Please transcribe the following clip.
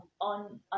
on